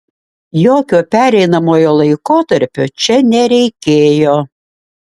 jokio pereinamojo laikotarpio čia nereikėjo